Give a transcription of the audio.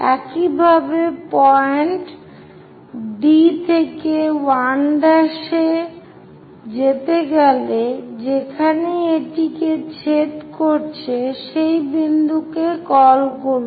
একইভাবে point D থেকে 1 যেতে গেলে যেখানেই এটিকে ছেদ করছে সেই বিন্দুকে কল করুন